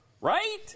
right